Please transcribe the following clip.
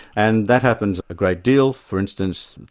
and that happens a great deal. for instance,